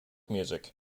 music